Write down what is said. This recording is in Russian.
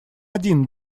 один